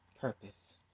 purpose